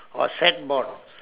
or stat board